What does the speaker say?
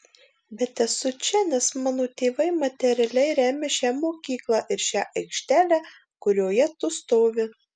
bet esu čia nes mano tėvai materialiai remia šią mokyklą ir šią aikštelę kurioje tu stovi